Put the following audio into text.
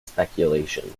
speculation